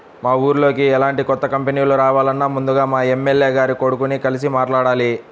మా ఊర్లోకి ఎలాంటి కొత్త కంపెనీలు రావాలన్నా ముందుగా మా ఎమ్మెల్యే గారి కొడుకుని కలిసి మాట్లాడాలి